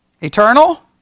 Eternal